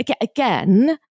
Again